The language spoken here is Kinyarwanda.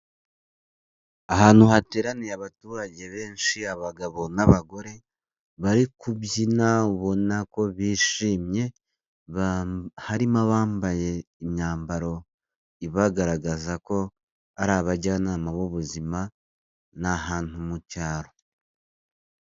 Ahantu hateraniye abaturage benshi abagabo n'abagore bari kubyina ubona ko bishimye, harimo abambaye imyambaro ibagaragaza ko ari abajyanama b'ubuzima, ni ahantu mu cyaro.